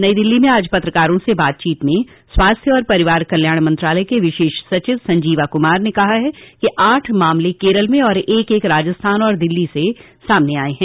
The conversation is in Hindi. नई दिल्ली में आज पत्रकारों से बातचीत में स्वास्थ्य और परिवार कल्याण मंत्रालय के विशेष सचिव संजीवा कुमार ने कहा है कि आठ मामले केरल में और एक एक राजस्थान और दिल्ली से सामने आए हैं